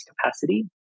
capacity